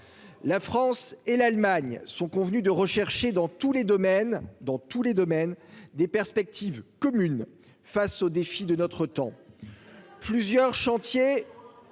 la France et l'Allemagne sont convenus de rechercher dans tous les domaines, dans tous les domaines des perspectives communes face aux défis de notre temps, plusieurs chantiers,